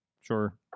sure